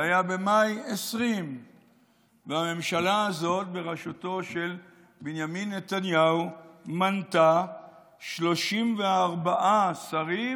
זה היה במאי 2020. והממשלה הזאת בראשותו של בנימין נתניהו מנתה 34 שרים